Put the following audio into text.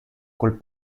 col